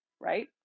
right